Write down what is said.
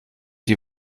die